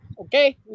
okay